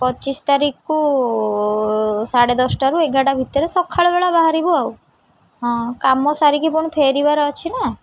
ପଚିଶି ତାରିଖକୁ ସାଢ଼େ ଦଶଟାରୁ ଏଗାରଟା ଭିତରେ ସଖାଳ ବେଳା ବାହାରିବୁ ଆଉ ହଁ କାମ ସାରିକି ପୁଣି ଫେରିବାର ଅଛି ନା